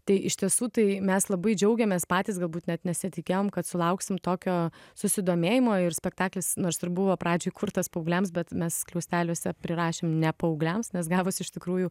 tai iš tiesų tai mes labai džiaugiamės patys galbūt net nesitikėjom kad sulauksim tokio susidomėjimo ir spektaklis nors ir buvo pradžioj kurtas paaugliams bet mes skliausteliuose prirašėm ne paaugliams nes gavosi iš tikrųjų